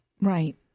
Right